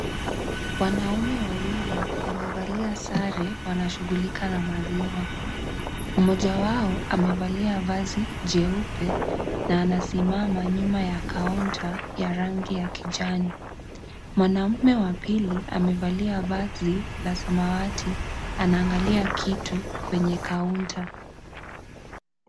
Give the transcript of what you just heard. Wanaume wawili wamevalia sare wanashughulika na maziwa ,moja yao amevalia vazi jeupe na anasimama nyuma ya kaunta ya rangi ya kijani, mwanaume wa pili amevalia vazi la samawati anaangalia kitu kwenye kaunta.